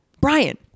Brian